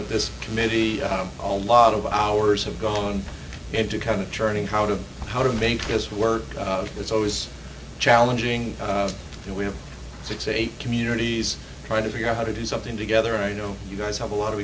of this committee a lot of hours have gone into kind of churning how to how to make this work it's always challenging and we have six eight communities trying to figure out how to do something together i know you guys have a lot of